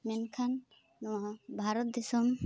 ᱢᱮᱱᱠᱷᱟᱱ ᱱᱚᱣᱟ ᱵᱷᱟᱨᱚᱛ ᱫᱤᱥᱚᱢ